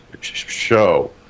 show